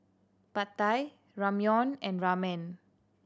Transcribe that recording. Pad Thai Ramyeon and Ramen